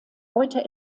heute